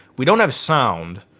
we don't have sound.